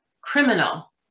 criminal